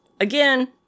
Again